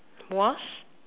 was